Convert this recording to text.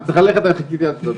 אני צריך ללכת, אבל חיכיתי לך.